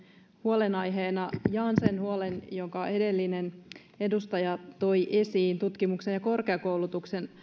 huolenaiheenani jaan sen huolen jonka edellinen edustaja toi esiin tutkimuksen ja korkeakoulutuksen